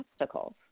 obstacles